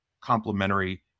complementary